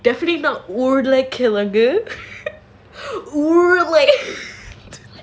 definitely not ஊரே வந்து:oorae vandhu